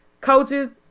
coaches